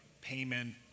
payment